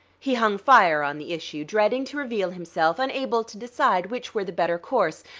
he hung fire on the issue, dreading to reveal himself, unable to decide which were the better course,